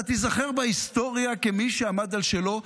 אתה תיזכר בהיסטוריה כמי שעמד על שלו,